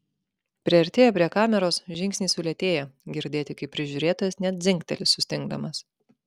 priartėję prie kameros žingsniai sulėtėja girdėti kaip prižiūrėtojas net dzingteli sustingdamas